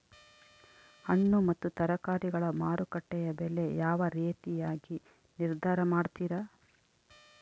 ಹಣ್ಣು ಮತ್ತು ತರಕಾರಿಗಳ ಮಾರುಕಟ್ಟೆಯ ಬೆಲೆ ಯಾವ ರೇತಿಯಾಗಿ ನಿರ್ಧಾರ ಮಾಡ್ತಿರಾ?